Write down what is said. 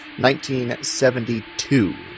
1972